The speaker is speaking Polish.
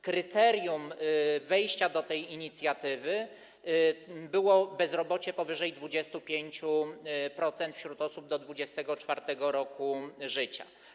Kryterium wejścia do tej inicjatywy było bezrobocie powyżej 25% wśród osób do 24. roku życia.